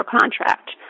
contract